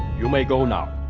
you may go now.